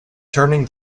turning